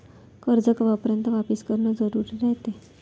कर्ज कवापर्यंत वापिस करन जरुरी रायते?